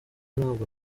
ntabwo